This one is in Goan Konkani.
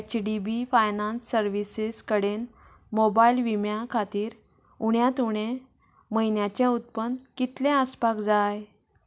H D B finance services कडेन मोबायल विम्या खातीर उण्यांत उणें म्हयन्याचें उत्पन्न कितलें आसपाक जाय